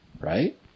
right